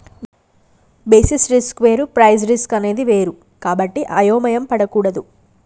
basis risk వేరు price risk అనేది వేరు కాబట్టి అయోమయం పడకూడదు